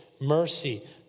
mercy